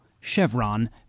Chevron